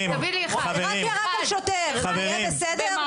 זה יהיה בסדר?